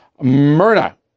Myrna